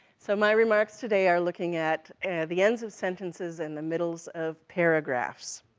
so my remarks today are looking at the ends of sentences, and the middles of paragraphs.